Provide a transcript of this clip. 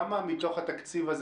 כמה מזה מוקצה